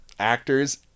actors